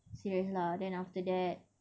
serious lah then after that